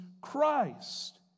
Christ